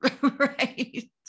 Right